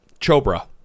Chobra